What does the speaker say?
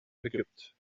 egypt